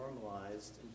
normalized